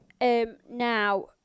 Now